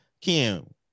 Kim